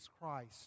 Christ